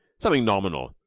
something nominal,